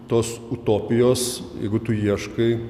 tos utopijos jeigu tu ieškai